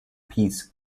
piece